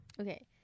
Okay